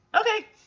okay